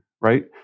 right